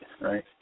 right